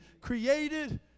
created